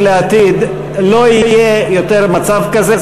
לעתיד, לא יהיה יותר מצב כזה.